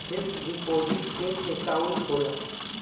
fix deposit एक account होला